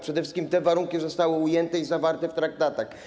Przede wszystkim te warunki zostały ujęte i zawarte w traktatach.